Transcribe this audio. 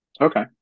Okay